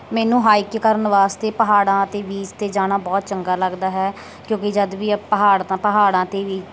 ਮੈਨੂੰ ਹਾਈਕਿੰਗ ਕਰਨ ਵਾਸਤੇ ਪਹਾੜਾਂ ਅਤੇ ਬੀਚ 'ਤੇ ਜਾਣਾ ਬਹੁਤ ਚੰਗਾ ਲੱਗਦਾ ਹੈ ਕਿਉਂਕਿ ਜਦੋਂ ਵੀ ਪਹਾੜ ਤਾਂ ਪਹਾੜਾਂ 'ਤੇ ਵੀ